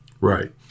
Right